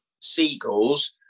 seagulls